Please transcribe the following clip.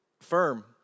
firm